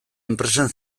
enpresen